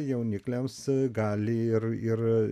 jaunikliams gali ir ir